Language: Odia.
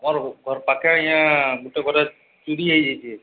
ମୋର ଘର ପାଖେ ଏଇ ଗୁଟେ ଘର ଚୋରି ହେଇଯାଇଛି